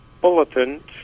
Bulletin